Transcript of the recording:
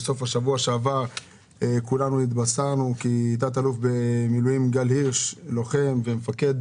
בסוף השבוע שעבר כולנו התבשרנו כי תא"ל במילואים גל הירש - לוחם ומפקד,